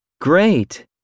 Great